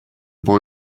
boy